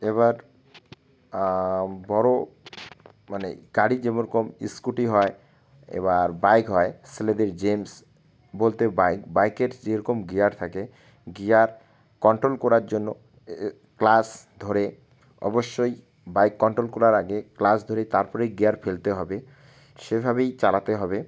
এবার বড়ো মানে গাড়ি যেমন রকম স্কুটি হয় এবার বাইক হয় ছেলেদের জেন্টস বলতে বাইক বাইকের যেরকম গিয়ার থাকে গিয়ার কন্ট্রোল করার জন্য ক্লাচ ধরে অবশ্যই বাইক কন্ট্রোল করার আগে ক্লাচ ধরে তারপরেই গিয়ার ফেলতে হবে সেভাবেই চালাতে হবে